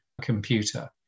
computer